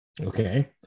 Okay